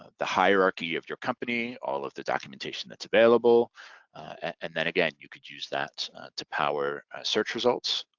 ah the hierarchy of your company, all of the documentation that's available and then again you could use that to power search results,